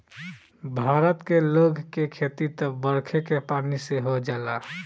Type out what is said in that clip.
भारत के लोग के खेती त बरखे के पानी से हो जाला